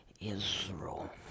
Israel